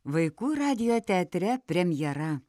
vaikų radijo teatre premjera